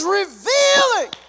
revealing